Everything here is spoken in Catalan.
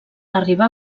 arribà